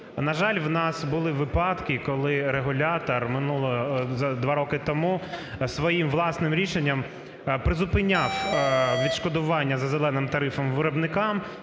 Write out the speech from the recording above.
На жаль, в нас були випадки, коли регулятор минулого… два роки тому своїм власним рішенням призупиняв відшкодування за "зеленим" тарифом виробникам